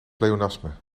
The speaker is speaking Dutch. pleonasme